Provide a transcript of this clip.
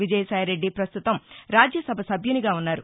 విజయ సాయిరెడ్డి ప్రస్తుతం రాజ్యసభ సభ్యునిగా ఉన్నారు